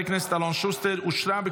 לוועדה שתקבע ועדת הכנסת נתקבלה.